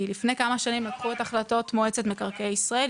לפני כמה שנים לקחו את החלטות מועצת מקרקעי ישראל,